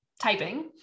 typing